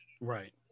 Right